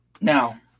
Now